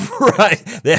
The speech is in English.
Right